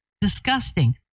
disgusting